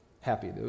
happy